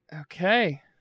Okay